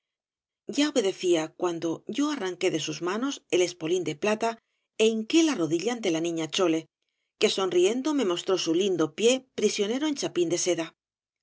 ya obedecía cuando yo arranqué de sus manos el espolín de plata é hinqué la rodilla ante la niña chole que sonriendo me mostró su lindo pie prisionero en chapín de seda